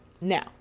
Now